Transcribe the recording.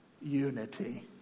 unity